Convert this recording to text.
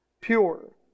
pure